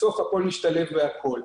בסוף הכול ישתלב בכל.